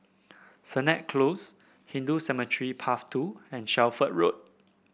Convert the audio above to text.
Sennett Close Hindu Cemetery Path Two and Shelford Road